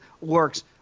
works